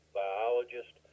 biologist